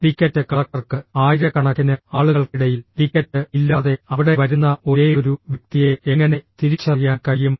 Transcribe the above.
ticket കളക്ടർക്ക് ആയിരക്കണക്കിന് ആളുകൾക്കിടയിൽ ടിക്കറ്റ് ഇല്ലാതെ അവിടെ വരുന്ന ഒരേയൊരു വ്യക്തിയെ എങ്ങനെ തിരിച്ചറിയാൻ കഴിയും